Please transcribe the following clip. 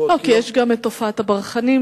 כי יש גם את תופעת הברחנים,